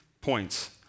points